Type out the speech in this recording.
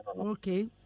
okay